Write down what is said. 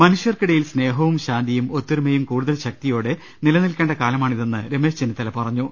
മനു ഷ്യർക്കിടയിൽ സ്നേഹവും ശാന്തിയും ഒത്തൊരുമയും കൂടുതൽ ശക്തി യോടെ നിലനിൽക്കേണ്ട കാലമാണിതെന്ന് രമേശ് ചെന്നിത്തല പറഞ്ഞു